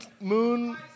Moon